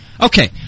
Okay